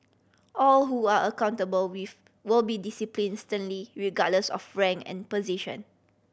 all who are accountable wave will be discipline sternly regardless of rank and position